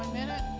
minute